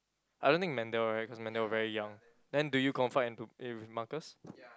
I don't think Mendel right cause Mendel very young then do you confide into eh with Marcus